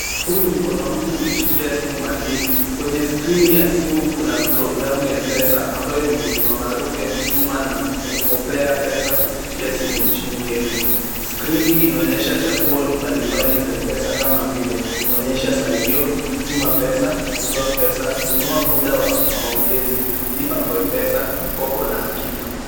Huu ni mkono wa mtu umeshikilia simu mahiri. Kwenye skirini ya simu kuna programu ya Mpesa ambayo ni huduma maarufu ya kutuma na kukopea pesa kupitia simu nchini Kenya. Skirini inaonyesha chaguo mbalimbali za MPESA kama vile; onyesha salio, tuma pesa, kutoa pesa, nunua muda wa maongezi, lipa kwa mpesa, mikopo na akiba.